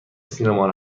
سینما